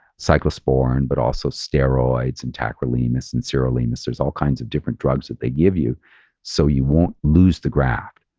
cyclosporine, but also steroids and tacrolimus and sirolimus, those all kinds of different drugs that they give you so you won't lose the graft.